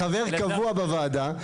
חבר קבוע בוועדה.